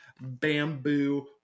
bamboo